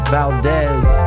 Valdez